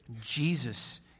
Jesus